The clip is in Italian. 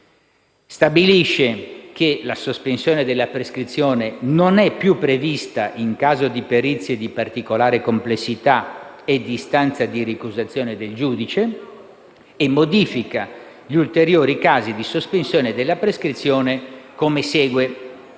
stabilisce che la sospensione della prescrizione non è più prevista in caso di perizie di particolare complessità e di istanza di ricusazione del giudice e modifica gli ulteriori casi della sospensione della prescrizione come segue.